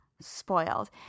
Spoiled